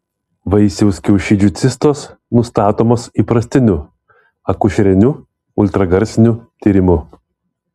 vaisiaus kiaušidžių cistos nustatomos įprastiniu akušeriniu ultragarsiniu tyrimu